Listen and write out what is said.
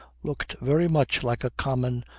looked very much like a common,